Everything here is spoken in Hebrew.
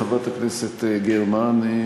חברת הכנסת גרמן,